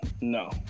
no